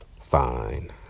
fine